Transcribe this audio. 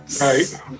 Right